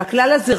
הכלל זה,